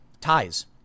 ties